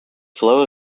flow